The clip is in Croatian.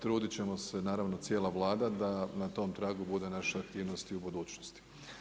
Truditi ćemo se naravno, cijela Vlada da na tom tragu bude naša aktivnosti u budućnosti.